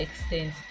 extent